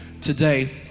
today